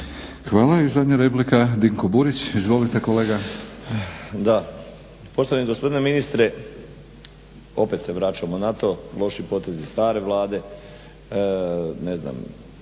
(HNS)** I zadnja replika Dinko Burić. Izvolite kolega. **Šuker, Ivan (HDZ)** Poštovani gospodine ministre opet se vraćamo na to, loši potezi stare Vlade, ne znam,